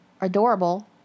adorable